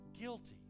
guilty